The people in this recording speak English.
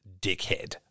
dickhead